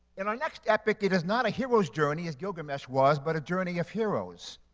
in our next epic, it is not a hero's journey, as gilgamesh was but a journey of heroes.